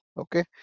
okay